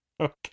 Okay